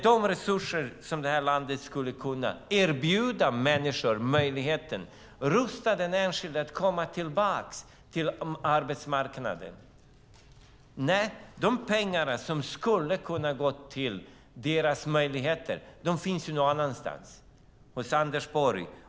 De resurser som det här landet skulle kunna ha att erbjuda människor möjligheten att rusta dem att komma tillbaka till arbetsmarknaden finns någon annanstans, nämligen hos Anders Borg.